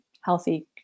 healthy